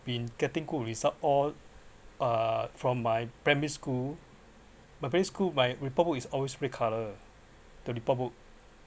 been getting good result all uh from my primary school my primary school my report book is always red colour the report book